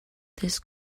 this